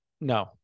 No